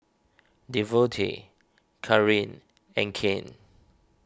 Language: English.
Devonte Kareen and Kane